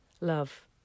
love